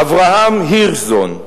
אברהם הירשזון,